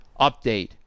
Update